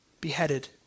beheaded